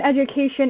education